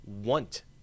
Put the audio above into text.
want